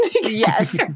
Yes